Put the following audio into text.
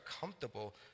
comfortable